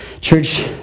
Church